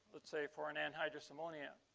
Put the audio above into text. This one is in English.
let's say for an anhydrous, ammonia?